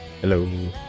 Hello